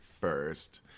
first